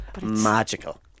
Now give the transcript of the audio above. magical